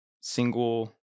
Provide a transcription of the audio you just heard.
single